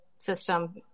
system